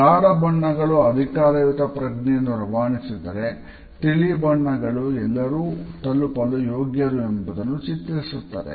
ಗಾಢ ಬಣ್ಣಗಳು ಅಧಿಕಾರಯುತ ಪ್ರಜ್ಞೆಯನ್ನು ರವಾನಿಸಿದರೆ ತಿಳಿ ಬಣ್ಣಗಳು ಎಲ್ಲರೂ ತಲುಪಲು ಯೋಗ್ಯರು ಎಂಬಂತೆ ಚಿತ್ರಿಸುತ್ತದೆ